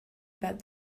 about